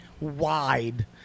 wide